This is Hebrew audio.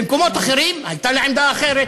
במקומות אחרים הייתה לה עמדה אחרת.